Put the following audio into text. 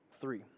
three